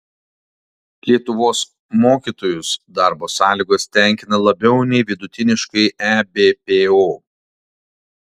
lietuvos mokytojus darbo sąlygos tenkina labiau nei vidutiniškai ebpo